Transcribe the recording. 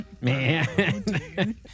Man